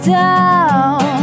down